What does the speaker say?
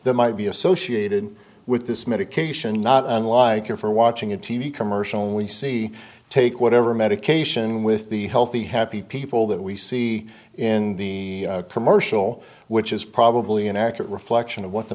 that might be associated with this medication not unlike you for watching a t v commercial we see take whatever medication with the healthy happy people that we see in the commercial which is probably an accurate reflection of what the